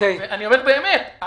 אני אומר באמת,